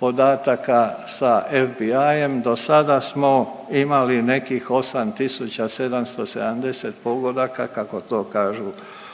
podataka sa FBI-em. Do sada smo imali nekih 8770 pogodaka kako to kažu u